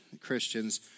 Christians